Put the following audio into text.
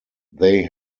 they